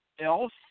else